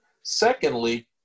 Secondly